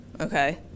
Okay